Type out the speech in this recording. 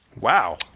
Wow